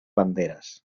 banderas